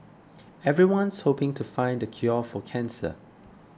everyone's hoping to find the cure for cancer